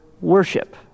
worship